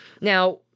Now